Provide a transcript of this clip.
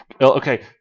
okay